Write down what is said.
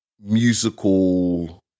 musical